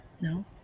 No